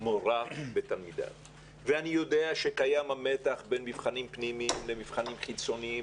אני יודע שקיים המתח בין מבחנים פנימיים למבחנים חיצוניים,